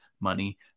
money